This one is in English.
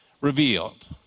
revealed